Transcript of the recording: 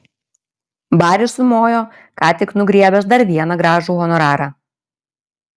baris sumojo ką tik nugriebęs dar vieną gražų honorarą